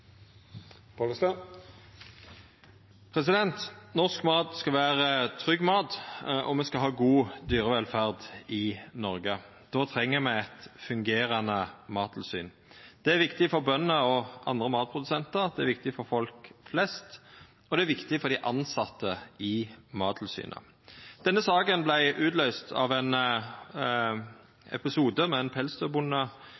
foreligger. Norsk mat skal vere trygg mat, og me skal ha god dyrevelferd i Noreg. Då treng me eit fungerande mattilsyn. Det er viktig for bønder og andre matprodusentar, det er viktig for folk flest, og det er viktig for dei tilsette i Mattilsynet. Denne saka vart utløyst av ein